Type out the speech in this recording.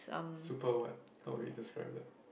super what how would you describe it